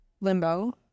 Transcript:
limbo